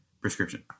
prescription